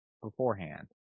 beforehand